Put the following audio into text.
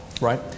right